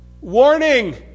Warning